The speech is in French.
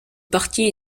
parti